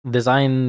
Design